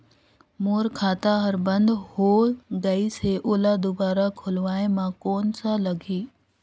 मोर खाता हर बंद हो गाईस है ओला दुबारा खोलवाय म कौन का लगही?